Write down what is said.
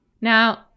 Now